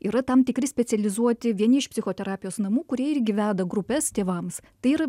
yra tam tikri specializuoti vieni iš psichoterapijos namų kurie irgi veda grupes tėvams tai yra